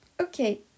Okay